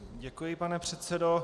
Děkuji, pane předsedo.